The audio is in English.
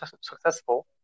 successful